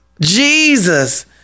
Jesus